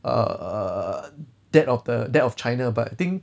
err that of the that of china but I think